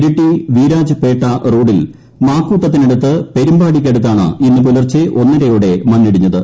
Iritty Virajpet റോഡിൽ മാക്കൂട്ടത്തിനടുത്ത് പെരുമ്പാടിക്കടുത്താണ് ഇന്ന് പുലർച്ചെ ഒന്നരയോടെ മണ്ണിടിഞ്ഞത്